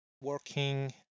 working